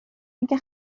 اینکه